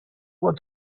what